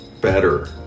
better